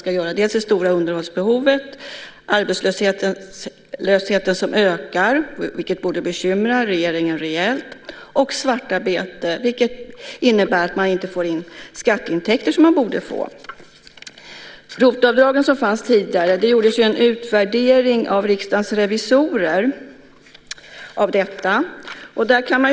Det handlar om det stora underhållsbehovet, arbetslösheten som ökar, vilket borde bekymra regeringen rejält, och svartarbete, vilket innebär att man inte får in skatteintäkter som man borde få. Det gjordes en utvärdering av Riksdagens revisorer av ROT-avdragen som fanns tidigare.